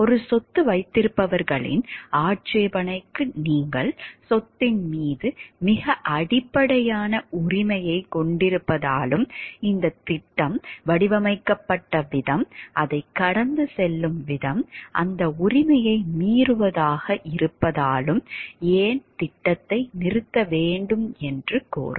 ஒரு சொத்து வைத்திருப்பவர்களின் ஆட்சேபனைக்கு நீங்கள் சொத்தின் மீது மிக அடிப்படையான உரிமையைக் கொண்டிருப்பதாலும் இந்தத் திட்டம் வடிவமைக்கப்பட்ட விதம் அதைக் கடந்து செல்லும் விதம் அந்த உரிமையை மீறுவதாக இருப்பதாலும் ஏன் திட்டத்தை நிறுத்த வேண்டும் என்று கோரும்